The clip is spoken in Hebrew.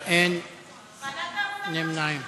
הבטחת הכנסה (ניכוי להורה